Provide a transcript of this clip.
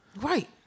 Right